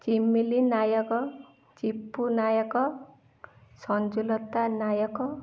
Chimili Nayak Chipu Nayak Sanjulata Nayak